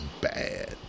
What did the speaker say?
bad